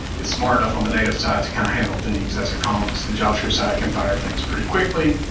it's smart enough on the native side to kind of handle things as it comes. the javascript side can fire things pretty quickly.